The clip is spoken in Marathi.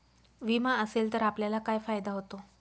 विमा असेल तर आपल्याला काय फायदा होतो?